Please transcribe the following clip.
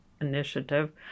Initiative